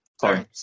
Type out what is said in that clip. Sorry